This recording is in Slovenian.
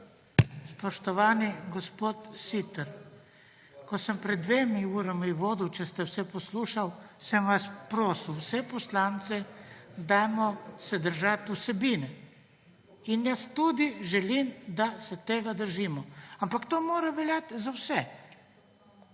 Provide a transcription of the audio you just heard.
Spoštovani gospod Siter, ko sem pred dvema urama vodil, če ste vse poslušali, sem vas prosil, vse poslance, dajmo se držati vsebine. In jaz tudi želim, da se tega držimo. Ampak to mora veljati za vse,